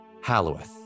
Halloweth